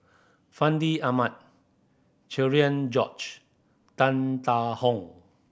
Fandi Ahmad Cherian George Tan Tarn How